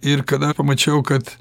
ir kada pamačiau kad